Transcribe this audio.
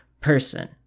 person